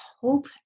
hope